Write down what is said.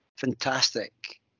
fantastic